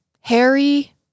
Harry